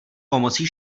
pomocí